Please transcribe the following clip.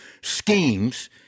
schemes